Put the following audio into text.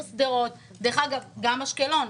למשל בעיר שדרות או בעיר אשקלון.